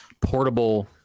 portable